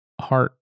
heart